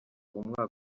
umwaka